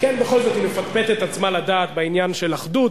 בכל זאת היא מפטפטת את עצמה לדעת בעניין של אחדות.